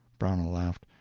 brownell laughed.